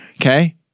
Okay